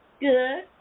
Good